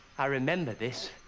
i remember this.